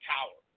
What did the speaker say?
Tower